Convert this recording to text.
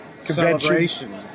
celebration